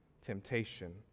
temptation